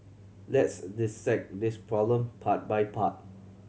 let's dissect this problem part by part